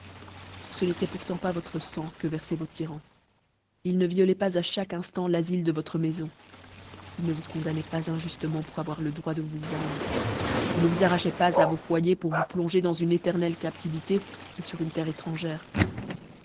ce n'étoit'pourtant pas votre fang que verfoient vos tyrans ils ne violoient pas à chaque inltant l'afyle de votre maifon ils ne vous condamnoient pas injuftement pour avoir le droit de vous vendre ils ne vous arrachoient pas à vos foyers pour vous plonger dans une éternelle captivité fur une terre étrangère